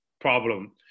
problem